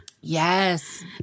yes